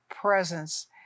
presence